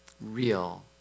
real